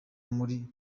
muri